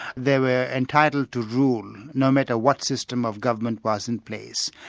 they were entitled to rule, no matter what system of government was in place.